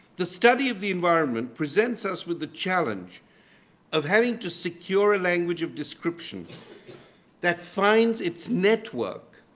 the study of the environment presents us with the challenge of having to secure a language of description that finds its network,